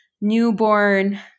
newborn